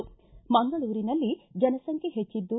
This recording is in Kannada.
ಮಂಗಳೂರಿನಲ್ಲಿ ಜನಸಂಖ್ಯೆ ಹೆಚ್ಚದ್ದು